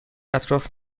اطراف